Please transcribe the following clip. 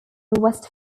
west